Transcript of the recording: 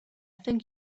think